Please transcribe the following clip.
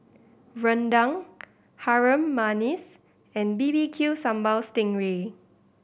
rendang Harum Manis and B B Q Sambal sting ray